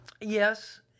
Yes